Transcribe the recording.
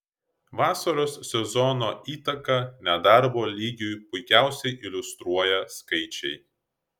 vasaros sezono įtaką nedarbo lygiui puikiausiai iliustruoja skaičiai